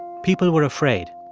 people were afraid.